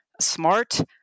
smart